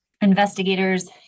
investigators